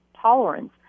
tolerance